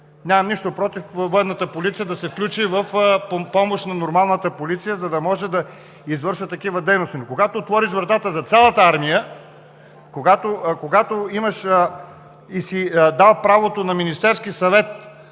Нямам нищо против Военната полиция да се включи в помощ на нормалната полиция, за да може да извършва такива дейности. Когато отвориш вратата за цялата армия, когато имаш и си дал правото на Министерския съвет